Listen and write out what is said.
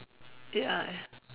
ya